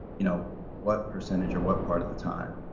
you know what percentage or what part of the time.